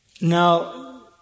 Now